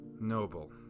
noble